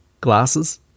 glasses